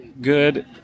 good